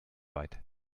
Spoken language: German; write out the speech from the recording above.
weit